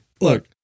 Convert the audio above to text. look